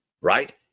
right